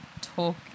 talk